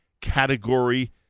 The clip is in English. category